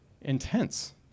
intense